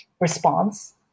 response